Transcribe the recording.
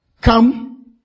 come